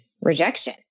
rejection